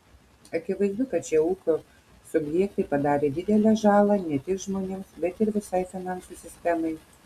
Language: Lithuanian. akivaizdu kad šie ūkio subjektai padarė didelę žalą ne tik žmonėms bet ir visai finansų sistemai